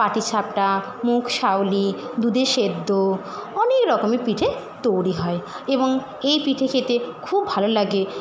পাটিসাপটা মুকশাওলি দুধের সেদ্ধ অনেকরকমের পিঠে তৈরি হয় এবং এই পিঠে খেতে খুব ভালো লাগে